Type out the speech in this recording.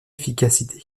efficacité